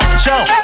Show